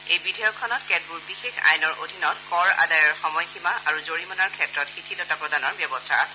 এই বিধেয়কখনত কেতবোৰ বিশেষ আইনৰ অধীনত কৰ আদায়ৰ সময়সীমা আৰু জৰিমনাৰ ক্ষেত্ৰত শিথিলতা প্ৰদানৰ ব্যৱস্থা আছে